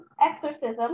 exorcism